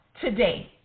today